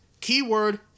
Keyword